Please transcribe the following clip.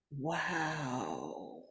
Wow